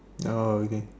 oh okay